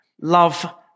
love